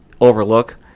overlook